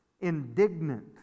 indignant